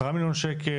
10 מיליון שקלים?